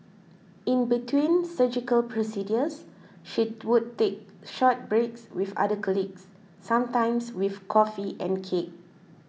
in between surgical procedures she would take short breaks with other colleagues sometimes with coffee and cake